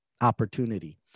Opportunity